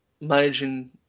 managing